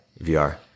VR